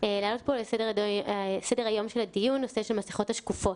להעלות פה לסדר היום של הדיון את הנושא של המסכות השקופות.